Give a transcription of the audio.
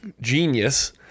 genius